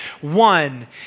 One